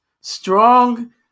strong